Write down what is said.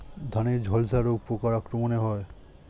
ধানের ঝলসা রোগ পোকার আক্রমণে হয়?